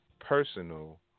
personal